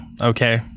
okay